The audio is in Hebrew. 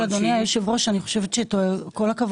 קודם כל, אדוני יושב הראש, אני חושבת שכל הכבוד.